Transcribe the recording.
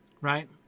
right